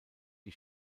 die